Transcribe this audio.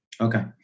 Okay